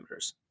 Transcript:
parameters